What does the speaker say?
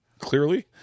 clearly